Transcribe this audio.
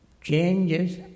changes